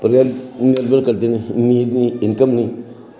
ते मदद करदे न उं'दी इनकम गी